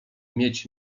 mieć